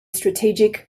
strategic